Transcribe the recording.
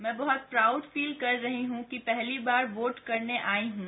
मैं बहुत proud feel कर रही हुँ कि पहली बार वोट करने आई हुँ